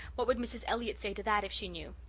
what would mrs. elliott say to that if she knew?